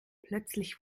plötzlich